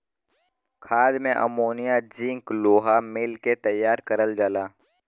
खाद में ammonia zinc लोहा मिला के तैयार करल जाला